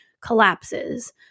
collapses